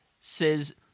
says